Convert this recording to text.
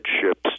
ships